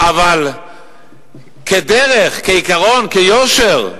אבל כדרך, כעיקרון, כיושר,